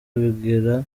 bigera